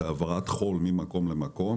זה העברת חול ממקום למקום,